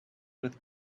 with